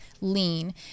lean